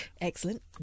Excellent